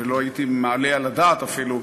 ולא הייתי מעלה על הדעת אפילו,